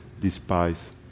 despise